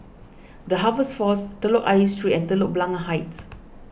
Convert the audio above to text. the Harvest force Telok Ayer Street and Telok Blangah Heights